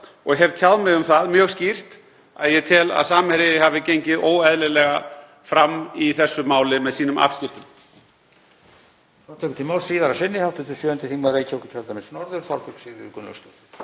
og hef tjáð mig um það mjög skýrt að ég tel að Samherji hafi gengið óeðlilega fram í þessu máli með sínum afskiptum.